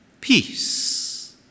Peace